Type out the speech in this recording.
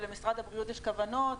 ולמשרד הבריאות יש כוונות.